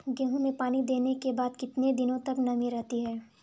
गेहूँ में पानी देने के बाद कितने दिनो तक नमी रहती है?